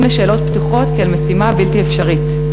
לשאלות פתוחות כאל משימה בלתי אפשרית.